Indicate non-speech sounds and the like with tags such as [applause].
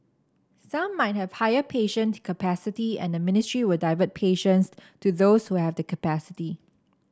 some might have higher patient [unintelligible] capacity and ministry will divert patients to those we have the capacity